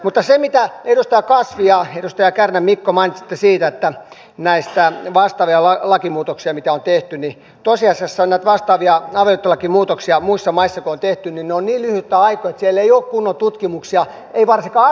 mutta mitä edustaja kasvi ja edustaja kärnä mikko mainitsitte näistä vastaavista lakimuutoksista mitä on tehty niin tosiasiassa kun on tehty näitä vastaavia avioliittolakimuutoksia muissa maissa ne ovat niin lyhyitä aikoja että siellä ei ole kunnon tutkimuksia ei varsinkaan adoptiosta